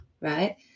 right